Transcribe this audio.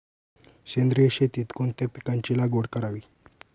सेंद्रिय शेतीत कोणत्या पिकाची लागवड करावी?